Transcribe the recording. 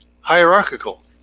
hierarchical